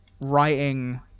writing